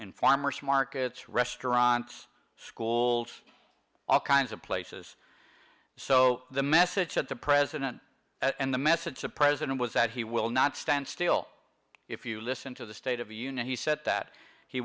n farmers markets restaurants schools all kinds of places so the message that the president and the message the president was that he will not stand still if you listen to the state of the union he said that he